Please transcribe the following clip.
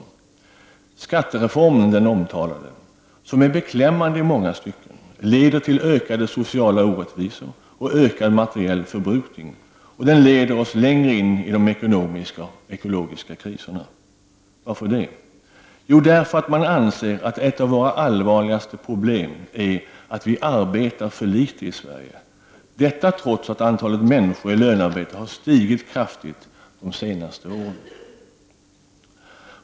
Den omtalade skattereformen, som är beklämmande i många stycken, leder till ökade sociala orättvisor och ökad materiell förbrukning och leder oss längre in i de ekonomiska och ekologiska kriserna. Varför då? Jo, därför att man anser att ett av våra allvarligaste problem är att vi arbetar för litet i Sverige — detta trots att antalet människor i lönearbete har stigit kraftigt de senaste åren.